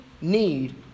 need